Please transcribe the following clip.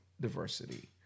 diversity